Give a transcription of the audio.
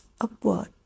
upward